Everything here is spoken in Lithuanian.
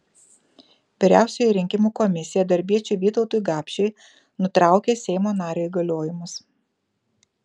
vyriausioji rinkimų komisija darbiečiui vytautui gapšiui nutraukė seimo nario įgaliojimus